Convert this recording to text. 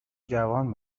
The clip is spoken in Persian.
جوان